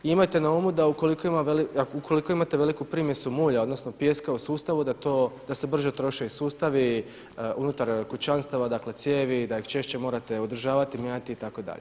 I imajte na umu da ukoliko imate veliku primjesu mulja, odnosno pijeska u sustavu da to, da se brže troše i sustavi unutar kućanstava, dakle cijevi, da ih češće morate održavati, mijenjati itd.